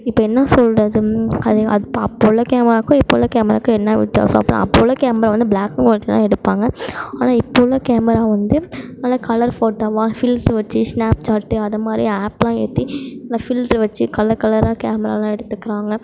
இப்போ என்ன சொல்கிறது அது அப்போ உள்ள கேமராவுக்கும் இப்போ உள்ள கேமராவுக்கும் என்ன வித்யாசம் அப்புடின்னா அப்போ உள்ள கேம்ரா வந்து பிளாக் அண்ட் ஒயிட்டில் தான் எடுப்பாங்க ஆனால் இப்போ உள்ள கேமரா வந்து நல்ல கலர் ஃபோட்டோவாக ஃபில்ட்ரு வெச்சு ஸ்னாப்சாட்டு அது மாதிரி ஆப்லாம் ஏற்றி நல்லா ஃபில்ட்ரு வெச்சு கலர் கலராக கேமராலாம் எடுத்துக்கிறாங்க